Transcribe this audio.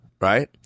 Right